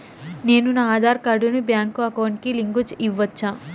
నేను నా ఆధార్ కార్డును బ్యాంకు అకౌంట్ కి లింకు ఇవ్వొచ్చా?